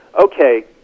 Okay